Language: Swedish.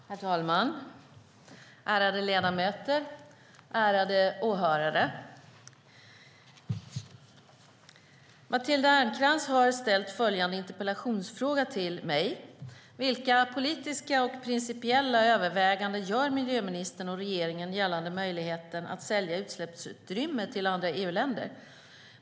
Herr talman! Ärade ledamöter! Ärade åhörare! Matilda Ernkrans har ställt följande fråga till mig: Vilka politiska och principiella överväganden gör miljöministern och regeringen gällande möjligheten att sälja utsläppsutrymme till andra EU-länder?